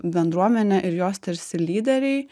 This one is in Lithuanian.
bendruomenė ir jos tarsi lyderiai